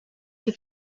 que